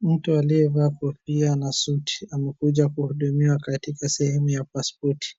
Mtu aliyevaa kofia na suti amekuja kuhudumiwa katika sehemu ya paspoti.